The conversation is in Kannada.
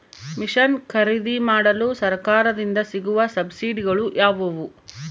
ಮಿಷನ್ ಖರೇದಿಮಾಡಲು ಸರಕಾರದಿಂದ ಸಿಗುವ ಸಬ್ಸಿಡಿಗಳು ಯಾವುವು?